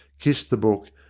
kissed the book,